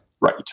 Right